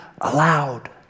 aloud